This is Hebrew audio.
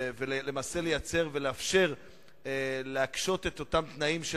ולמעשה לייצר ולאפשר להקשות את התנאים של